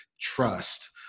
trust